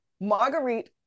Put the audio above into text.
Marguerite